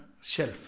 shelf